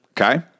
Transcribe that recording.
okay